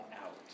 out